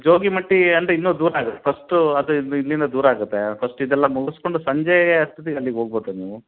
ಜೋಗಿ ಮಟ್ಟೀ ಅಂದರೆ ಇನ್ನು ದೂರ ಆಗತ್ತೆ ಫಸ್ಟು ಅದು ಇಲ್ಲಿ ಇಲ್ಲಿಂದ ದೂರ ಆಗತ್ತೆ ಫಸ್ಟ್ ಇದೆಲ್ಲ ಮುಗಸ್ಕೊಂಡು ಸಂಜೆಗೆ ಅಷ್ಟೊತಿಗೆ ಅಲ್ಲಿಗೆ ಹೋಗ್ಬೋದು ನೀವು